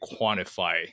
quantify